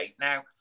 now